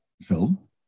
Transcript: film